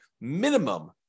minimum